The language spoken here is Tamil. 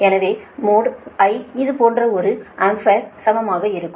எனவே மோடு I இது போன்ற ஒரு ஆம்பியருக்கு சமமாக இருக்கும்